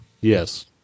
yes